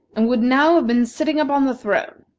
and would now have been sitting upon the throne.